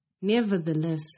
Nevertheless